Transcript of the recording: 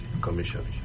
commission